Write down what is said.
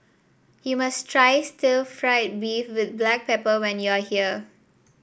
you must try Stir Fried Beef with Black Pepper when you are here